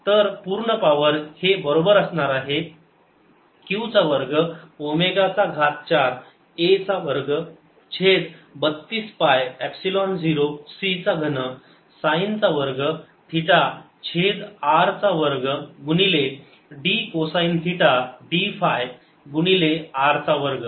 तर पूर्ण पावर हे बरोबर असणार आहे q चा वर्ग ओमेगा चा घात चार a चा वर्ग छेद 32 पाय एपसिलोन झिरो c चा घन साईन चा वर्ग थिटा छेद r चा वर्ग गुणिले d cosine theta d phi गुणिले r चा वर्ग